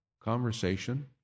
conversation